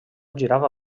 girava